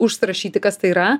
užsirašyti kas tai yra